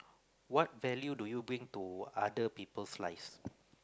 what value do you bring to other people's lives